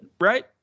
Right